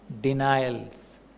denials